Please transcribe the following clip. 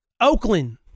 oakland